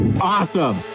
Awesome